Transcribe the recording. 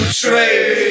trade